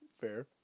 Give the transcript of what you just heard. Fair